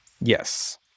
Yes